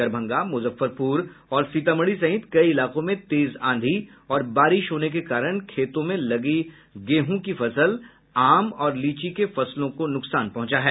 दरभंगा मुजफ्फरपुर और सीतामढ़ी सहित कई इलाकों में तेज आंधी और बारिश होने के कारण खेतों में लगे गेहूँ की फसल आम और लीची के फसलों को नुकसान पहुंचा है